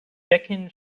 deccan